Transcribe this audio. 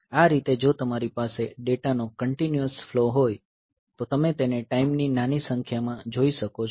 આ રીતે જો તમારી પાસે ડેટાનો કંટીન્યુઅસ ફ્લો હોય તો તમે તેને ટાઈમની નાની સંખ્યામાં જોઈ શકો છો